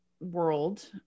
world